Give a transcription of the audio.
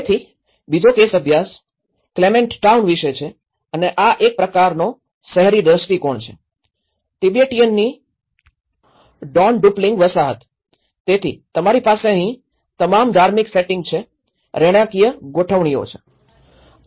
તેથી બીજો કેસ અભ્યાસ ક્લેમેન્ટ ટાઉન વિશે છે અને આ એક પ્રકાનો શહેરી દ્રષ્ટિકોણ છે તિબેટીયનની ડોનડુપલિંગ વસાહત તેથી તમારી પાસે અહીં તમામ ધાર્મિક સેટિંગ છે રહેણાંકિય ગોઠવણીઓ છે